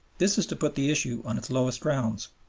this is to put the issue on its lowest grounds.